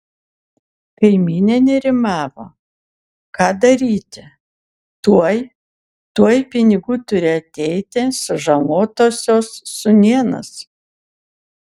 kaimynė nerimavo ką daryti tuoj tuoj pinigų turi ateiti sužalotosios sūnėnas